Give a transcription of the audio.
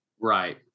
Right